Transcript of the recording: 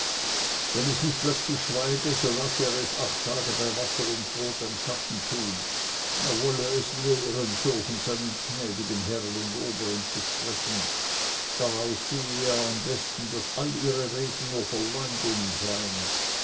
wenn es nicht plötzlich schweige so lasse er es acht tage bei wasser und brot an schatten tun er wolle es lehren so von seinen gnädigen herren und oberen zu sprechen daraus sehe er am besten daß alle ihre reden nur verleumdungen seien